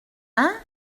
hein